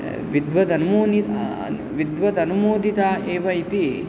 विद्वद् विद्वदनुमोदिता एव इति